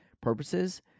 purposes